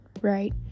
right